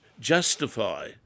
justify